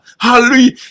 hallelujah